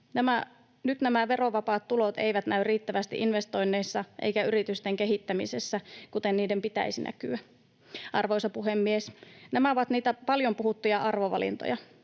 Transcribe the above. Nyt nämä verovapaat tulot eivät näy riittävästi investoinneissa eivätkä yritysten kehittämisessä, kuten niiden pitäisi näkyä. Arvoisa puhemies! Nämä ovat niitä paljon puhuttuja arvovalintoja.